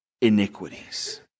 iniquities